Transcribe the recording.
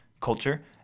culture